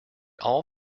all